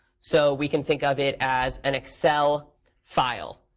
so we can think of it as an excel file.